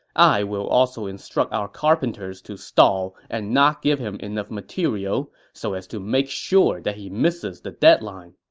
i will also instruct our carpenters to stall and not give him enough material so as to make sure that he misses the deadline.